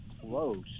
close